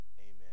amen